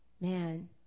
man